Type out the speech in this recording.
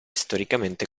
storicamente